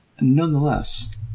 nonetheless